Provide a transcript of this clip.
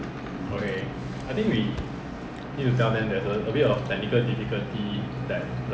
err you know sample for the general population